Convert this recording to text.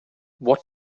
what